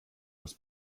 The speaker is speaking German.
muss